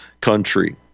country